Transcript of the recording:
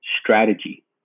strategy